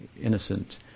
innocent